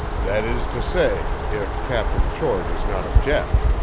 that is to say, if captain shore does not object.